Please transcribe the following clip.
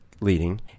leading